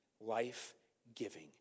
Life-giving